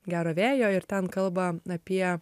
gero vėjo ir ten kalba apie